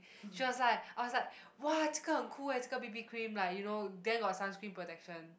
she was like I was like !wah! 这个很：zhe ge hen cool eh 这个：zhe ge B_B cream like you know then got sunscreen protection